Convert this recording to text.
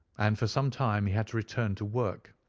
and for some time he had to return to work,